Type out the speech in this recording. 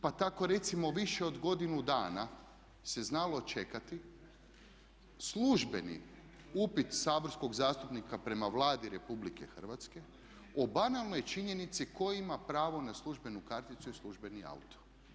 Pa tako recimo više od godinu dana se znalo čekati službeni upit saborskog zastupnika prema Vladi Republike Hrvatske o banalnoj činjenici tko ima pravo na službenu karticu i službeni auto.